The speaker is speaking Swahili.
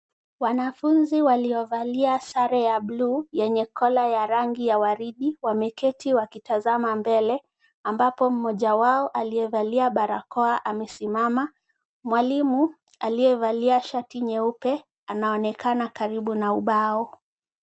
Wanafunzi waliovalia sare ya bluu yenye collar ya rangi ya waridi wameketi wakitazama mbele ambapo mmoja wao aliyevalia barakoa amesimama. Mwalimu aliyevalia shati nyeupe anaonekana karibu na ubao.